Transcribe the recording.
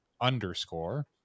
underscore